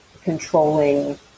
controlling